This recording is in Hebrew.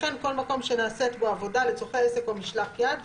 "וכן כל מקום שנעשית בו עבודה לצורכי עסק או משלח יד,